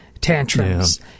tantrums